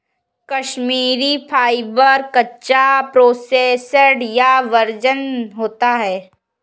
Kashmiri fibre, कच्चा, processed या virgin होता है